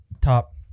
top